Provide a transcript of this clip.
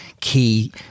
key